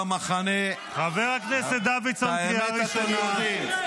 חבר הכנסת רם בן ברק, קריאה ראשונה.